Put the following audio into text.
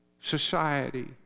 society